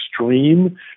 extreme